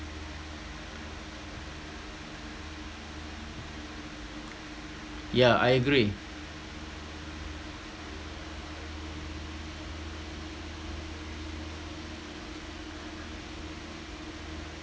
yeah I agree